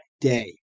day